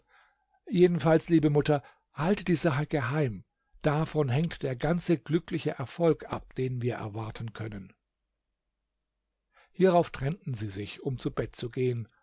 jedenfalls liebe mutter halte die sache geheim davon hängt der ganze glückliche erfolg ab den wir erwarten können hierauf trennten sie sich um zu bett zu gehen